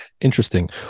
Interesting